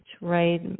right